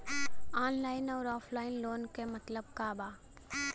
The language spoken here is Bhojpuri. ऑनलाइन अउर ऑफलाइन लोन क मतलब का बा?